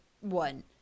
one